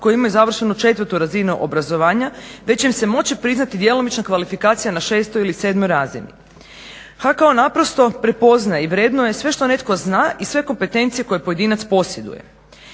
koji imaju završenu četvrtu razinu obrazovanja već će im se moći priznati djelomična kvalifikacija na šestoj ili sedmoj razini. HKO naprosto prepoznaje i vrednuje sve što netko zna i sve kompetencije koje pojedinac posjeduje.